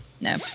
No